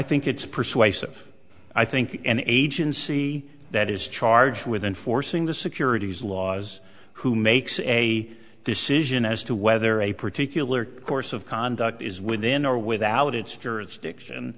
think it's persuasive i think an agency that is charged with enforcing the securities laws who makes a decision as to whether a particular course of conduct is within or without it